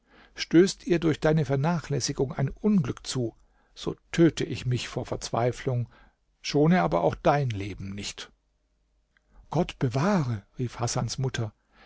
stößt ihr durch deine vernachlässigung ein unglück zu so töte ich mich vor verzweiflung schone aber auch dein leben nicht gott bewahre rief hasans mutter